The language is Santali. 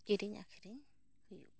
ᱠᱤᱨᱤᱧ ᱟᱠᱷᱨᱤᱧ ᱦᱩᱭᱩᱜᱼᱟ